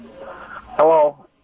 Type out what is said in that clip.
Hello